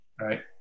Right